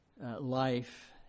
life